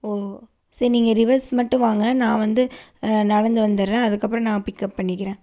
ஓ சரி நீங்கள் ரிவர்ஸ் மட்டும் வாங்கள் நான் வந்து நடந்து வந்துகிறேன் அதுக்கப்பறம் நான் பிக்கப் பண்ணிக்கிறேன்